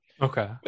Okay